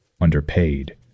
underpaid